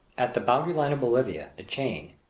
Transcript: at the boundary-line of bolivia, the chain,